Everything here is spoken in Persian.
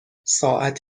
ساعت